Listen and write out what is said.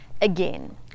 again